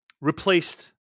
replaced